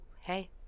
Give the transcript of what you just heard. Hey